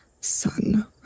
son